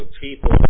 people